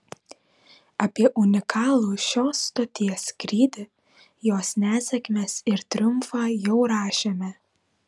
apie unikalų šios stoties skrydį jos nesėkmes ir triumfą jau rašėme